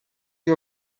you